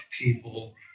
people